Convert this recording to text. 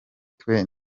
twe